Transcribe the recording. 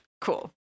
Cool